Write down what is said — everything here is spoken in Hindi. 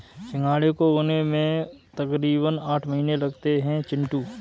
सिंघाड़े को उगने में तकरीबन आठ महीने लगते हैं चिंटू